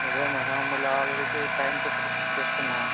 నిజమే మ్యాడం మళ్ళి already train tickets book చేసుకున్నాం